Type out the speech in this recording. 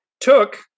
took